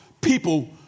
people